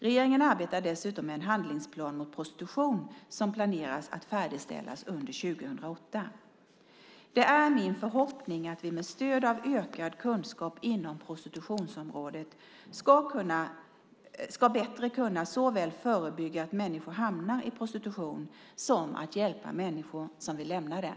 Regeringen arbetar dessutom med en handlingsplan mot prostitution som planeras att färdigställas under 2008. Det är min förhoppning att vi med stöd av ökad kunskap inom prostitutionsområdet bättre ska kunna såväl förebygga att människor hamnar i prostitution som att hjälpa människor som vill lämna den.